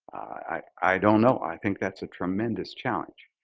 i don't know. i think that's a tremendous challenge.